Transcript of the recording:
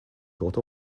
thought